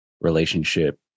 relationship